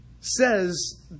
says